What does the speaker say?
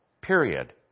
Period